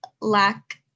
lack